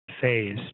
phase